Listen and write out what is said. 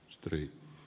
sri